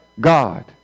God